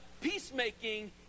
peacemaking